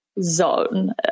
zone